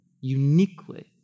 uniquely